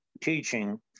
teaching